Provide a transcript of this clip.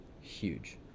Huge